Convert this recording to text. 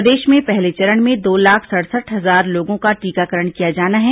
प्रदेश में पहले चरण में दो लाख सड़सठ हजार लोगों का टीकाकरण किया जाना है